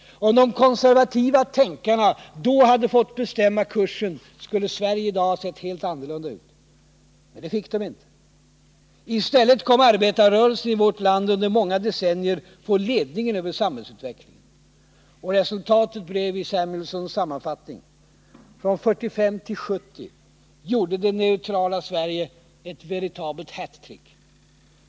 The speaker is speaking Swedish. Om de konservativa tänkarna då hade fått bestämma kursen, skulle Sverige i dag ha sett helt annorlunda ut. Men det fick de inte. I stället kom arbetarrörelsen i vårt land att under många decennier få ledningen över samhällsutvecklingen. Resultatet blev i Paul Samuelsons sammanfattning: ”Från 1945 till 1970 gjorde det neutrala Sverige ett veritabelt hat tric.